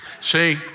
See